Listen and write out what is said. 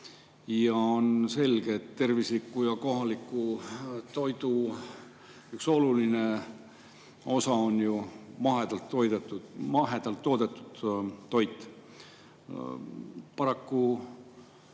On selge, et tervisliku ja kohaliku toidu üks oluline osa on mahedalt toodetud toit. Paraku